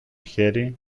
χέρι